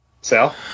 Sal